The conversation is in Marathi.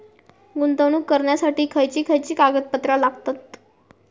गुंतवणूक करण्यासाठी खयची खयची कागदपत्रा लागतात?